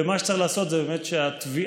ושמה שצריך לעשות זה באמת שהתביעה,